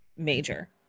major